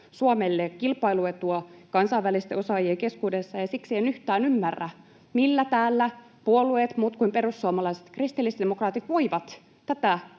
Suomelle kilpailuetua kansainvälisten osaajien keskuudessa, ja siksi en yhtään ymmärrä, millä täällä hallituspuolueet, muut kuin perussuomalaiset ja kristillisdemokraatit, voivat tätä